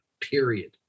period